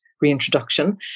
reintroduction